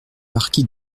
marquis